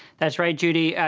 that's right, judy.